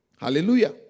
Hallelujah